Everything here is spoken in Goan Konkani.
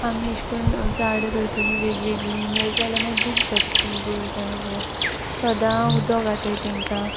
आमी अशें कोन्न झाड रोयतोलीं वेग वेगळीं मेल जाल्यार मागीर दूख जाता ती रोयलीं जाल्यार सोदां उदक घाताय तांकां